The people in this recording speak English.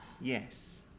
Yes